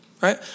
right